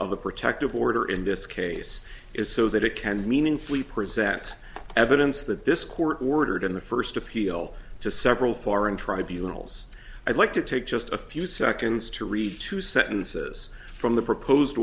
of the protective order in this case is so that it can meaningfully present evidence that this court ordered in the first appeal to several foreign tribunals i'd like to take just a few seconds to read two sentences from the proposed